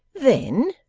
then,